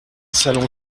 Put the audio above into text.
salon